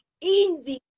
easy